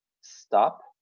stop